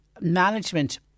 management